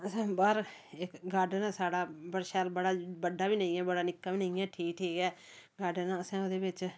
असें बाह्र इक गार्डन ऐ साढ़ा बड़ा शैल बड़ा बड्डा बी नेईं ऐ बड़ा निक्का बी नेईं ऐ ठीक ठीक ऐ गार्डन असें ओह्दे बिच्च